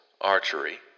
archery